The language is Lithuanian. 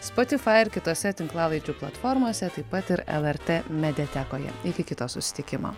spotifai ir kitose tinklalaidžių platformose taip pat ir lrt mediatekoje iki kito susitikimo